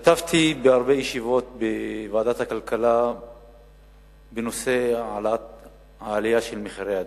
השתתפתי בהרבה ישיבות בוועדת הכלכלה בנושא העלייה של מחירי הדירות.